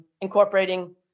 incorporating